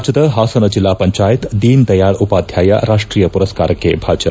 ರಾಜ್ಯದ ಹಾಸನ ಜೆಲ್ಲಾ ಪಂಚಾಯತ್ ದೀನ್ ದಯಾಳ್ ಉಪಾಧ್ಯಾಯ ರಾಷ್ಟೀಯ ಪುರಸ್ಕಾರಕ್ಕೆ ಭಾಜನ